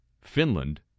Finland